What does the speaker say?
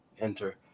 enter